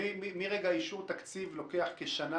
מרגע אישור תקציב לוקח כשנה,